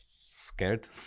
scared